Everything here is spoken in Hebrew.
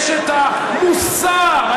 אשת המוסר,